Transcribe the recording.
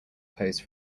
pose